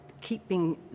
keeping